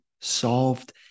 solved